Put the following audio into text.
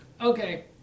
Okay